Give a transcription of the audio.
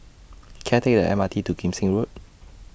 Can I Take The M R T to Kim Seng Road